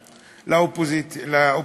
לאופוזיציה: